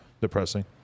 depressing